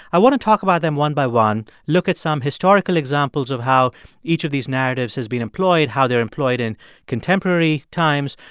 i want to talk about them one by one, look at some historical examples of how each of these narratives has been employed, how they're employed in contemporary times,